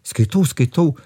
skaitau skaitau